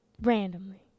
Randomly